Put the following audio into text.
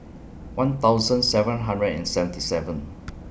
one thousand seven hundred and seventy seven